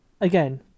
Again